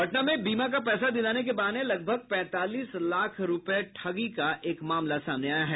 पटना में बीमा का पैसा दिलाने के बहाने लगभग पैंतालीस लाख रूपये ठगी का एक मामला सामने आया है